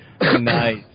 Nice